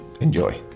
Enjoy